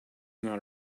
not